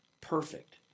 perfect